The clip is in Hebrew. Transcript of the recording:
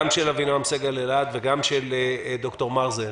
גם של אבינעם סגל-אלעד וגם של ד"ר מרזל.